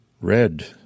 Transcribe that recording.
Red